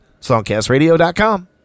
songcastradio.com